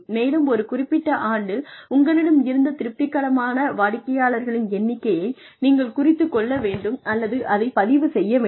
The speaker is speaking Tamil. மேலும் ஒரு குறிப்பிட்ட ஆண்டில் உங்களிடம் இருந்த திருப்திகரமான வாடிக்கையாளர்களின் எண்ணிக்கையை நீங்கள் குறித்து வைத்துக் கொள்ள வேண்டும் அல்லது அதைப் பதிவு செய்ய வேண்டும்